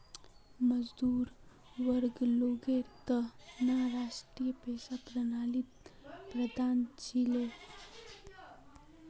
मजदूर वर्गर लोगेर त न राष्ट्रीय पेंशन प्रणाली वरदान छिके